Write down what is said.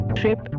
trip